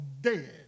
dead